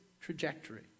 trajectory